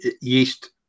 yeast